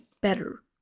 better